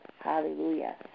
Hallelujah